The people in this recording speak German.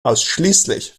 ausschließlich